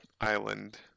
island